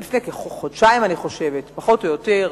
שלפני כחודשיים פחות או יותר,